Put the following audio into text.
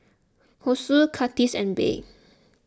Hessie Kurtis and Bea